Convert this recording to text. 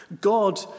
God